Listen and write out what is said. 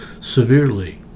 severely